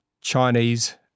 Chinese